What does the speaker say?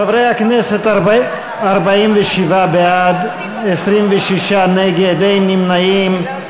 חברי הכנסת, 47 בעד, 26 נגד, אין נמנעים.